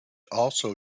also